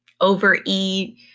overeat